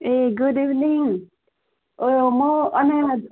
ए good evening ओ म अनाया